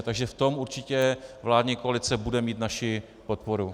Takže v tom určitě vládní koalice bude mít naši podporu.